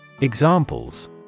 Examples